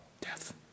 Death